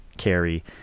carry